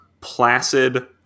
placid